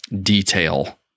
detail